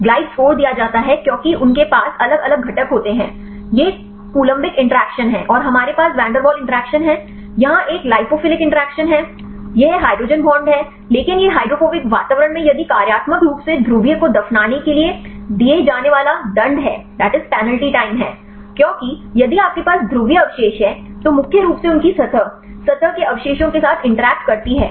glide score दिया जाता है क्योंकि उनके पास अलग अलग घटक होते हैं ये कोलम्बिक इंटरैक्शन हैं और हमारे पास वैन डेर वाल्स इंटरैक्शन हैं यहाँ यह एक लाइपोफिलिक इंटरैक्ट है यह हाइड्रोजन बांड है लेकिन यह हाइड्रोफोबिक वातावरण में कार्यात्मक रूप से ध्रुवीय को दफनाने के लिए दिया जाने वाला दंड है क्योंकि यदि आपके पास ध्रुवीय अवशेष हैं तो मुख्य रूप से उनकी सतह सतह के अवशेषों के साथ इंटरैक्ट करती है